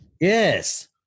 Yes